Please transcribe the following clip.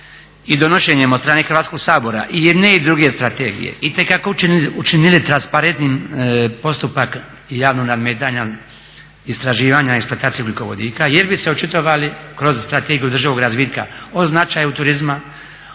i donošenjem od strane Hrvatskog sabora i jedne i druge strategije itekako učinili transparentnim postupak javnog nadmetanja, istraživanja i eksploatacije ugljikovodika jer bi se očitovali kroz Strategiju održivog razvitka, o značaju turizma,